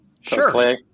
Sure